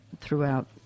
throughout